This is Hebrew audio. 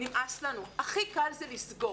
נמאס לנו, הכי קל זה לסגור.